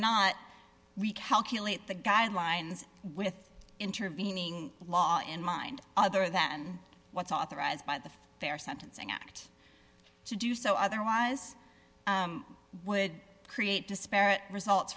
not we calculate the guidelines with intervening law in mind other than what's authorized by the fair sentencing act to do so otherwise would create disparate results